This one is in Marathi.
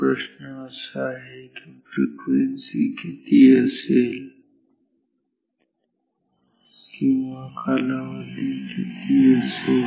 तर प्रश्न असा आहे आहे की फ्रिक्वेन्सी किती असेल किंवा कालावधी किती असेल